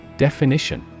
Definition